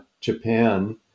Japan